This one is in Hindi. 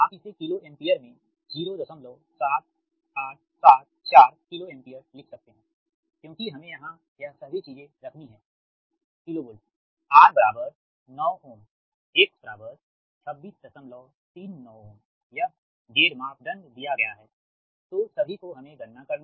आप इसे किलो एम्पीयर में 07874 किलो एम्पीयर लिख सकते हैं क्योंकि हमे यहां यह सभी चीजें रखनी है KV R 9 Ω X 2639 Ω यह Z मापदंड दिए गया हैं तो सभी को हमे गणना करनी है